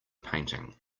painting